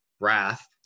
wrath